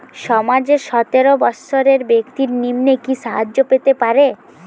সমাজের সতেরো বৎসরের ব্যাক্তির নিম্নে কি সাহায্য পেতে পারে?